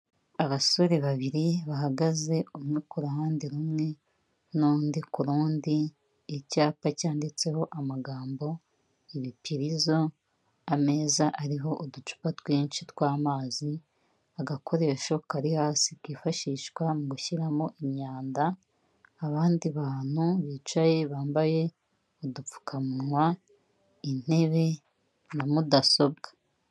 Abasore babiri bahagaze umwe ku ruhande rumwe n'undi ku rundi icyapa cyanditseho amagambo, ibipirizo, ameza ariho uducupa twinshi tw'amazi, agakoresho kari hasi kifashishwa mu gushyiramo imyanda, abandi bantu bicaye bambaye udupfukawa, intebe na mudasobwa.